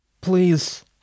Please